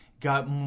got